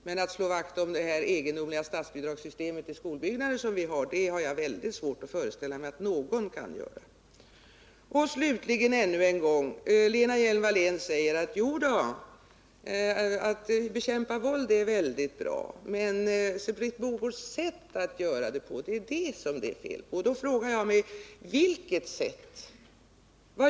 Jag har mycket svårt att föreställa mig att någon kan slå vakt om det egendomliga statsbidragssystemet när det gäller skolbyggnader. Slutligen än en gång: Lena Hjelm-Wallén säger att det är mycket bra att bekämpa våld men att det är fel på Britt Mogårds sätt att göra det. Då frågar jag mig: Vilket sätt?